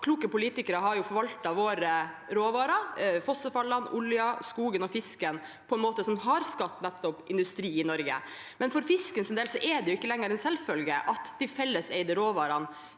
Kloke politikere har forvaltet våre råvarer, fossefallene, oljen, skogen og fisken, på en måte som har skapt nettopp industri i Norge, men for fiskens del er det ikke lenger en selvfølge at de felleseide råvarene